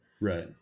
Right